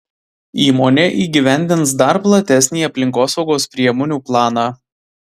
įmonė įgyvendins dar platesnį aplinkosaugos priemonių planą